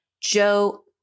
Joe